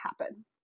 happen